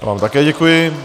Já vám také děkuji.